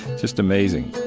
just amazing